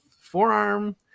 forearm